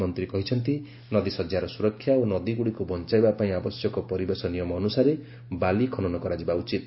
ମନ୍ତ୍ରୀ କହିଛନ୍ତି ନଦୀ ଶଯ୍ୟାର ସୁରକ୍ଷା ଓ ନଦୀଗୁଡ଼ିକୁ ବଞ୍ଚାଇବା ପାଇଁ ଆବଶ୍ୟକ ପରିବେଶ ନିୟମ ଅନୁସାରେ ବାଲି ଖନନ କରାଯିବା ଉଚିତ